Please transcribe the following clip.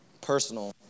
personal